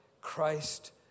Christ